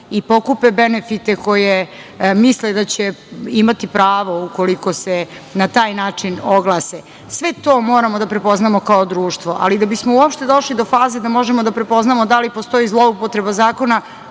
i pokupe benefite koje misle da će imati pravo, ukoliko se na taj način oglase. Sve to moramo da prepoznamo kao društvo. Ali, da bismo uopšte došli do faze da možemo da prepoznamo da li postoji zloupotreba zakona,